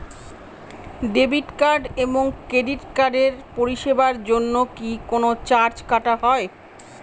Debit card এবং credit কার্ডের পরিষেবার জন্য কি কোন চার্জ কাটা হয়?